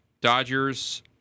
Dodgers